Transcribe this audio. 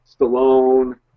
Stallone